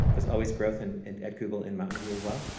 there's always growth and and at google in mountain view as well,